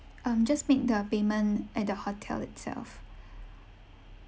um just make the payment at the hotel itself